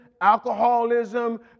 alcoholism